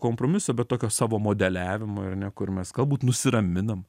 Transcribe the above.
kompromiso bet tokio savo modeliavimo ar ne kur mes galbūt nusiraminam